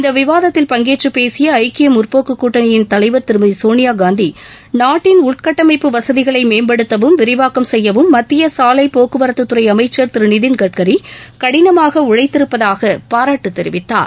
இந்த விவாதத்தில் பங்கேற்று பேசிய ஐக்கிய முற்போக்குக் கூட்டணியின் தலைவர் திருமதி சோனியாகாந்தி நாட்டின் உள்கட்டமைப்பு வசதிகளை மேம்படுத்தவும் விரிவாக்கம் செய்யவும் மத்திய சாலை போக்குவரத்துத் துறை அமைச்சர் திரு நிதின் கட்கரி கடினமாக உழைத்திருப்பதாக பாராட்டு தெரிவித்தார்